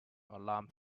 alarm